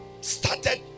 started